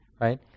right